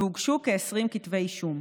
והוגשו כ-20 כתבי אישום.